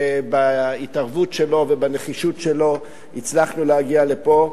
שבהתערבות שלו ובנחישות שלו הצלחנו להגיע לפה.